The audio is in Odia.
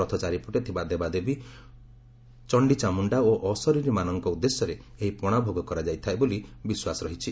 ରଥ ଚାରିପଟେ ଥିବା ଦେବାଦେବୀ ଚଣ୍ଡିଚାମୁଣ୍ଡା ଓ ଅଶରୀରମାନଙ ଉଦ୍ଦେଶ୍ୟରେ ଏହି ପଣା ଭୋଗ କରାଯାଇଥାଏ ବୋଲି ବିଶ୍ୱାସ ରହିଛି